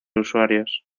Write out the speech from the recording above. usuarios